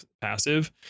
passive